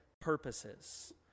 purposes